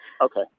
Okay